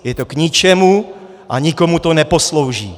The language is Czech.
Je to k ničemu a nikomu to neposlouží.